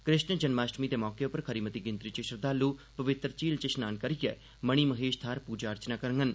कृष्ण जन्माष्टमी दे मौके उप्पर खरी मती गिनतरी च श्रद्धालु पवित्तर झील च श्नान करियै मणि महेश थाहर पूजा अर्चना करडन